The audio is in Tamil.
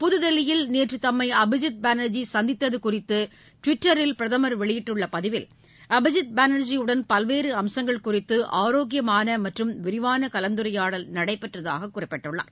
புதுதில்லியில் நேற்று தம்மை அபிஜித் பானா்ஜி சந்தித்தது குறித்து டுவிட்டரில் பிரதமா் வெளியிட்டுள்ள பதிவில் அபிஜித் பானா்ஜி உடன் பல்வேறு அம்சங்கள் குறித்து ஆரோக்கியமான மற்றும் விரிவான கலந்துரையாடல் நடைபெற்றதாக குறிப்பிட்டுள்ளார்